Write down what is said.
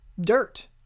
dirt